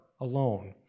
alone